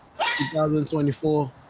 2024